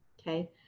okay